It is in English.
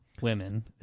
Women